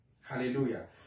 Hallelujah